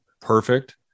perfect